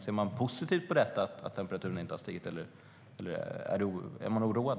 Ser man positivt på att temperaturen inte har stigit, eller är man oroad?